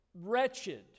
wretched